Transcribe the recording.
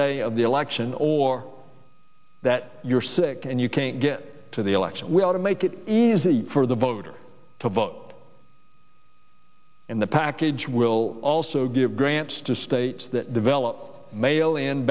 day of the election or that you're sick and you can't get to the election we ought to make it easy for the voter to vote the package will also give grants to states that develop ma